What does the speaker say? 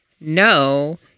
no